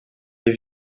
les